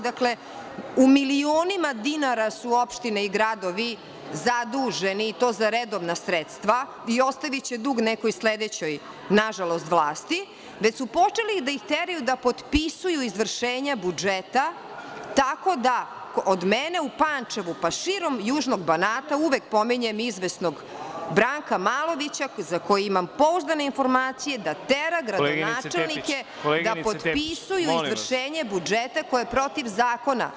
Dakle, u milionima dinara su opštine i gradovi zaduženi i to za redovna sredstva, i ostaviće dug nekoj sledećoj, nažalost, vlasti, već su počeli da ih teraju da potpisuju izvršenja budžeta, tako da kod mene u Pančevu, pa širom Južnog Banata, uvek pominjem izvesnog Branka Malovića za kojeg imam pouzdane informacije, da tera gradonačelnike da potpisuju izvršenje budžeta, koji je protiv zakona.